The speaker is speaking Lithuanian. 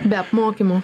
be apmokymų